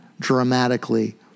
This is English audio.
Dramatically